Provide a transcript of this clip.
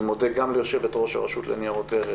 אני מודה גם ליושבת-ראש הרשות לניירות ערך,